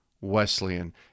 Wesleyan